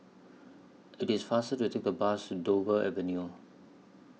IT IS faster to Take A Bus Dover Avenue